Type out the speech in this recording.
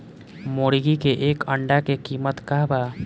मुर्गी के एक अंडा के कीमत का बा?